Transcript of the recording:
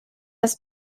ist